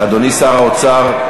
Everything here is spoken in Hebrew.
אדוני שר האוצר,